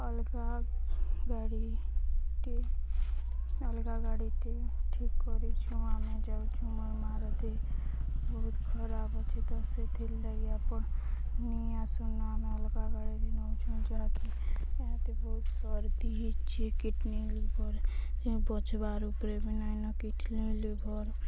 ଅଲଗା ଗାଡ଼ିଟି ଅଲଗା ଗାଡ଼ିଟି ଠିକ୍ କରିଛୁଁ ଆମେ ଯାଉଛୁ ମଇ ମାଆରଦେ ବହୁତ ଖରାପ ଅଛେ ତ ସେଥିର୍ ଲାଗି ଆପଣ ନେଇ ଆସୁନ ଆମେ ଅଲଗା ଗାଡ଼ିରେ ନଉଛୁଁ ଯାହାକି ଏତେ ବହୁତ ସର୍ଦୀ ହେଇଛେ କିଡ଼ନୀ ଲିଭର୍ ବଛବାର୍ ଉପରେ ବି ନାହିଁନ କିଡ଼ନୀ ଲିଭର୍